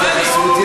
והתייחסות.